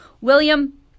William